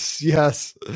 Yes